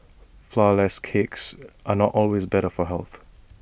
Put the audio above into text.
Flourless Cakes are not always better for health